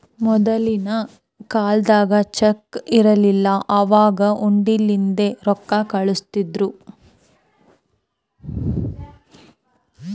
ಮೊದಲಿನ ಕಾಲ್ದಾಗ ಚೆಕ್ ಇದ್ದಿದಿಲ್ಲ, ಅವಾಗ್ ಹುಂಡಿಲಿಂದೇ ರೊಕ್ಕಾ ಕಳುಸ್ತಿರು